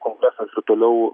kongresas ir toliau